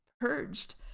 purged